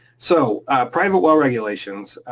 so private well regulations,